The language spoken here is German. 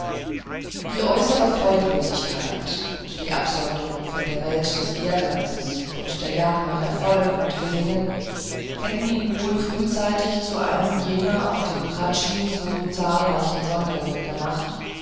die äußere freudlosigkeit und absonderung von der welt des ehrgeizes und der jagd nach erfolg und gelingen hätte ihn wohl frühzeitig zu einem jener auf dem hradschin so zahlreichen sonderlinge gemacht